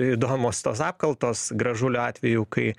įdomios tos apkaltos gražulio atveju kai